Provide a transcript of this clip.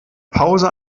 pause